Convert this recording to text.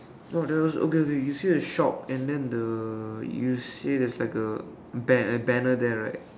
oh there was okay okay you see the shop and then the you say there's like a ban~ uh banner there right